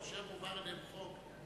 כאשר מועבר אליהם חוק,